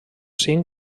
cinc